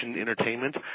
entertainment